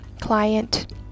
client